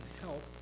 help